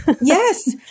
Yes